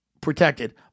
protected